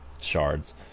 shards